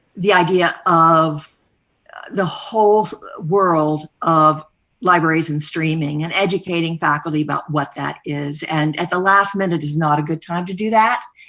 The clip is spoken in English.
the idea of the whole world of libraries in streaming and educating faculty about what that is, and at the last minute is not a good time to do that,